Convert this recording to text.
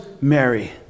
Mary